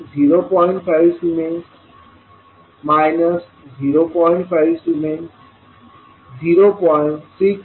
5S 0